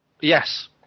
Yes